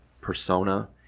persona